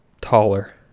taller